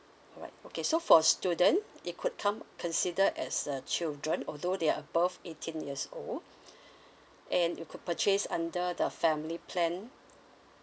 alright okay so for student it could come consider as uh children although they are above eighteen years old and you could purchase under the family plan